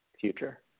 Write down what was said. future